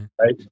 right